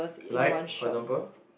like for example